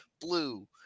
blue